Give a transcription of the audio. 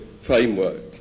framework